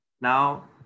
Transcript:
Now